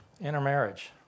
intermarriage